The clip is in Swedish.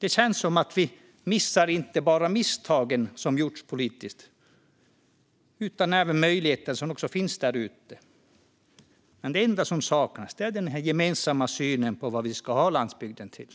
Det känns som att vi inte bara missar de misstag som gjorts politiskt utan även de möjligheter som finns där ute. Det enda som saknas är den gemensamma synen på vad vi ska ha landsbygden till.